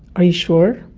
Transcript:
are you sure?